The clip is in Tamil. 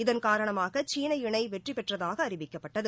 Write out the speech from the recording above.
இதன் காரணமாக சீன இணை வெற்றி பெற்றதாக அறிவிக்கப்பட்டது